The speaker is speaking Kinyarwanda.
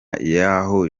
yaho